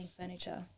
furniture